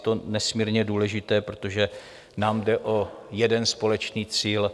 Je to nesmírně důležité, protože nám jde o jeden společný cíl.